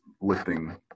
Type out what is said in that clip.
lifting